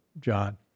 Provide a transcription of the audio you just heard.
John